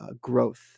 growth